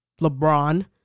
LeBron